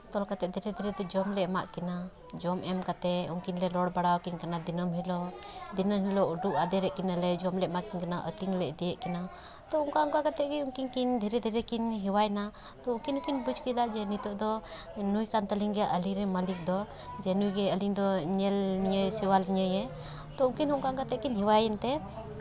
ᱛᱚᱞ ᱠᱟᱛᱮ ᱫᱷᱤᱨᱮ ᱫᱷᱤᱨᱮᱛᱮ ᱡᱚᱢᱞᱮ ᱮᱢᱟᱜ ᱠᱤᱱᱟ ᱡᱚᱢ ᱮᱢ ᱠᱟᱛᱮ ᱩᱱᱠᱤᱱ ᱞᱮ ᱨᱚᱲ ᱵᱟᱲᱟ ᱠᱤᱱ ᱠᱟᱱᱟ ᱫᱤᱱᱟᱹᱢ ᱦᱤᱞᱳᱜ ᱫᱤᱱᱟᱹᱢ ᱦᱤᱞᱳᱜ ᱩᱰᱩᱠ ᱟᱫᱮᱨᱮᱜ ᱠᱤᱱᱟᱞᱮ ᱡᱚᱢ ᱞᱮ ᱮᱢᱟ ᱠᱤᱱ ᱠᱟᱱᱟ ᱟᱹᱛᱤᱧ ᱞᱮ ᱤᱫᱤᱭᱮᱜ ᱠᱤᱱᱟ ᱛᱚ ᱚᱱᱠᱟ ᱚᱱᱠᱟ ᱠᱟᱛᱮ ᱜᱮ ᱩᱱᱠᱤᱱ ᱠᱤᱱ ᱫᱷᱤᱨᱮ ᱫᱷᱤᱨᱮ ᱠᱤᱱ ᱦᱮᱣᱟᱭᱱᱟ ᱛᱚ ᱩᱱᱠᱤᱱ ᱦᱚᱸᱠᱤᱱ ᱵᱩᱡᱽ ᱠᱮᱫᱟ ᱡᱮ ᱱᱤᱛᱚᱜ ᱫᱚ ᱱᱩᱭ ᱠᱟᱱ ᱛᱟᱹᱞᱤᱧ ᱜᱮᱭᱟᱭ ᱟᱹᱞᱤᱧ ᱨᱮᱱ ᱢᱟᱹᱞᱤᱠ ᱫᱚ ᱡᱮ ᱱᱩᱭ ᱜᱮ ᱟᱹᱞᱤᱧ ᱫᱚ ᱧᱮᱞ ᱞᱤᱧᱟᱭ ᱥᱮᱵᱟ ᱞᱤᱧᱟ ᱮ ᱛᱚ ᱩᱱᱠᱤᱱ ᱦᱚᱸ ᱚᱱᱠᱟ ᱚᱱᱠᱟ ᱛᱮᱠᱤᱱ ᱦᱮᱣᱟᱭᱮᱱ ᱛᱮ